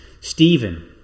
Stephen